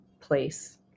place